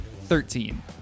Thirteen